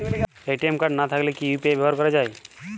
ATM card না থাকলে কি ইউ.পি.আই ব্যবহার করা য়ায়?